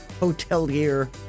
hotelier